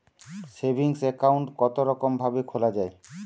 Saving account কতরকম ভাবে খোলা য়ায়?